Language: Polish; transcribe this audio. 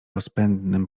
rozpędnym